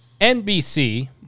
NBC